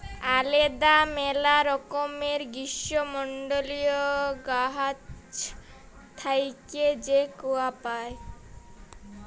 আলেদা ম্যালা রকমের গীষ্মমল্ডলীয় গাহাচ থ্যাইকে যে কূয়া পাই